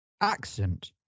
accent